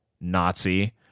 Nazi